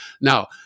Now